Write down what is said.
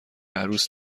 عروس